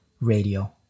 radio